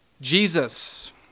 Jesus